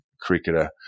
cricketer